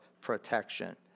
protection